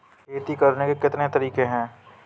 खेती करने के कितने तरीके हैं?